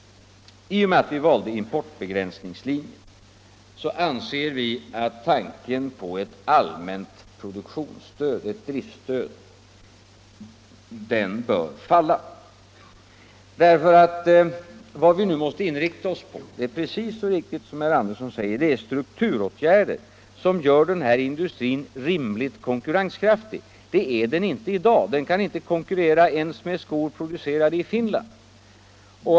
I och med att vi valde importbegränsningslinjen anser vi att tanken på ett allmänt produktionsstöd — ett driftstöd — bör falla, eftersom vad vi nu måste inrikta oss på är, som herr Andersson så riktigt säger, strukturåtgärder som gör denna industri rimligt konkurrenskraftig. Det är den nämligen inte i dag; den kan inte ens konkurrera med skor producerade i Finland.